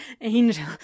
Angel